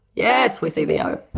yes, we see the o.